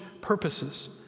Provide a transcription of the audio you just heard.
purposes